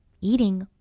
eating